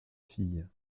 fille